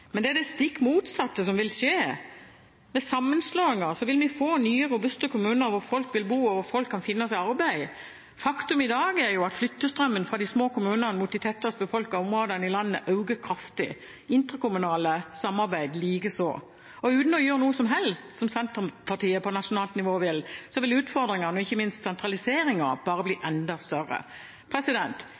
men det er det stikk motsatte som vil skje. Ved sammenslåinger vil vi få nye robuste kommuner hvor folk vil bo og kan finne seg arbeid. Faktum i dag er at flyttestrømmen fra de små kommunene mot de tettest befolkede områdene i landet øker kraftig, interkommunale samarbeid likeså. Og uten å gjøre noe som helst, som Senterpartiet på nasjonalt nivå vil, vil utfordringene og ikke minst sentraliseringen bare bli enda større.